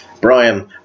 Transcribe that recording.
Brian